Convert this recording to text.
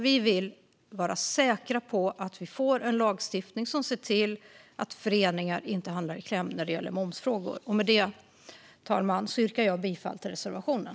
Vi vill vara säkra på att vi får en lagstiftning som ser till att föreningar inte hamnar i kläm när det gäller momsfrågor. Fru talman! Jag yrkar bifall till reservationen.